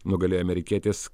nugalėjo amerikietis